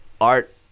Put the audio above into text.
art